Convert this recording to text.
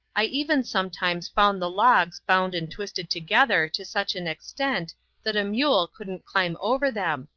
i even sometimes found the logs bound and twisted together to such an extent that a mule couldn't climb over them,